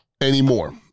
anymore